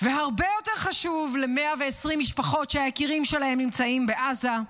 והרבה יותר חשוב ל-120 משפחות שהיקירים שלהם נמצאים בעזה.